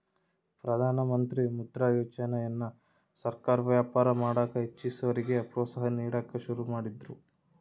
ಪ್ರಧಾನಮಂತ್ರಿ ಮುದ್ರಾ ಯೋಜನೆಯನ್ನ ಸರ್ಕಾರ ವ್ಯಾಪಾರ ಮಾಡಕ ಇಚ್ಚಿಸೋರಿಗೆ ಪ್ರೋತ್ಸಾಹ ನೀಡಕ ಶುರು ಮಾಡಿದ್ರು